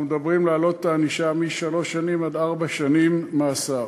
אנחנו מדברים על העלאת הענישה משלוש שנים עד ארבע שנים מאסר.